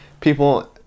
people